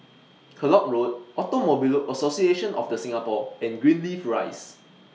Kellock Road Automobile Association of The Singapore and Greenleaf Rise